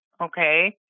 Okay